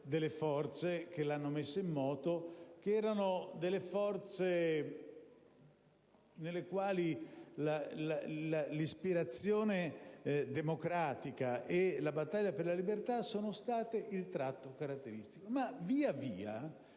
delle forze che l'hanno messa in moto, forze nelle quali l'ispirazione democratica e la battaglia per la libertà sono state il tratto caratteristico.